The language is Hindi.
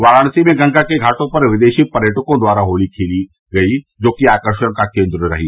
वाराणसी में गंगा के घाटो पर विदेशी पर्यटकों द्वारा खेली गयी होली आकर्षक का केन्द्र रही